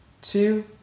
two